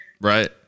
right